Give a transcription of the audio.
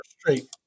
straight